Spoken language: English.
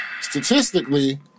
Statistically